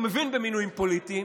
הוא מבין במינויים פוליטיים,